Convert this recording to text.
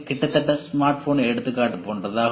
கிட்டத்தட்ட ஸ்மார்ட்போன் எடுத்துக்காட்டு போன்றதாகும்